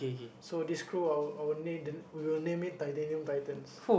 so this crew our our name we will name it Titanium Titans